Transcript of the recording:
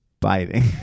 biting